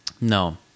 No